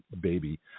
baby